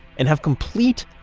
and have complete,